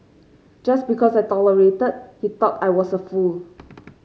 just because I tolerated he thought I was a fool